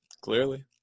Clearly